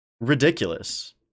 ridiculous